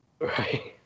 Right